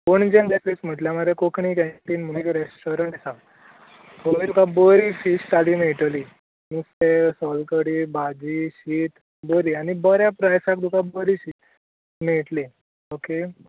पणजेन places म्हटल्यार मरे Konkani canteen म्हूणोन एक रॅस्टॉरंट आसा थंय तुका बरी फिश थाली मेळटली नुस्तें सोल कडी भाजी शीत बरी आनी बऱ्या प्रायजान तुका मेळटली ऑके